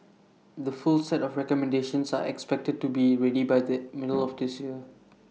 the full set of recommendations are expected to be ready by the middle of this year